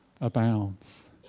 abounds